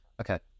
Okay